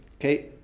Okay